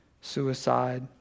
suicide